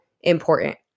important